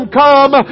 come